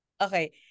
Okay